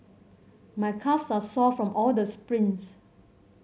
my calves are sore from all the sprints